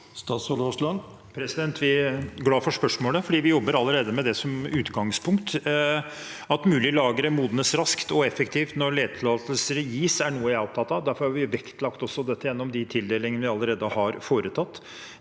Statsråd Terje Aasland Jeg er glad for spørsmålet, for vi jobber allerede med det som utgangspunkt. At mulige lagre modnes raskt og effektivt når letetillatelser gis, er noe jeg er opptatt av, og derfor har vi også vektlagt dette gjennom de tildelingene vi allerede har foretatt.